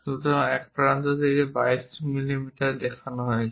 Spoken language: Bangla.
সুতরাং এক প্রান্ত থেকে এটি 22 মিমি দেখানো হয়েছে